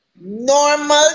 normal